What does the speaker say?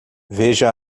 veja